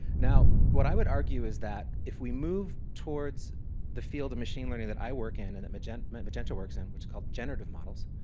now, what i would argue is that if we move towards the field of machine learning that i work in and that magenta magenta works in it, called generative models,